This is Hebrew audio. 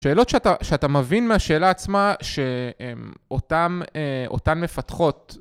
שאלות שאתה מבין מהשאלה עצמה, שהן אותן מפתחות.